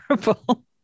terrible